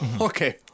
okay